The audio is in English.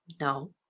No